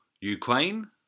Ukraine